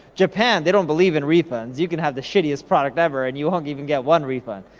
japan, they don't believe in refunds. you can have the shittiest product ever, and you won't even get one refund.